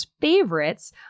favorites